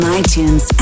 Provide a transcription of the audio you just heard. itunes